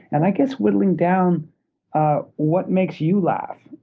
and i guess whittling down ah what makes you laugh.